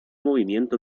movimiento